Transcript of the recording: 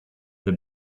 they